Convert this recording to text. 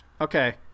Okay